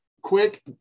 quick